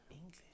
English